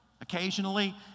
occasionally